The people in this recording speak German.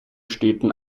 städten